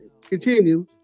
continue